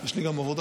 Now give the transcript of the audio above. יש לי גם עבודה.